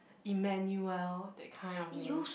Emmanuel that kind of names